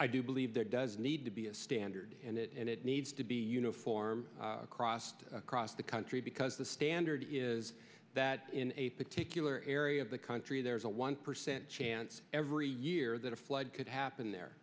i do believe there does need to be a standard and it needs to be uniform crossed across the country because the standard is that in a particular area of the country there is a one percent chance every year that a flood could happen there